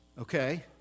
Okay